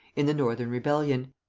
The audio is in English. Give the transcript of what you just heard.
in the northern rebellion.